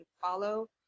follow